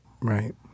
Right